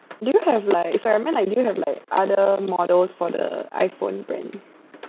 do you have like sorry I mean do you have like other models for the iPhone plan